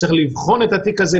צריך לבחון את התיק הזה,